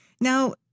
Now